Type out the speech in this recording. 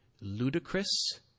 ludicrous